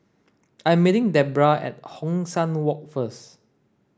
I'm meeting Debbra at Hong San Walk first